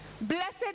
Blessed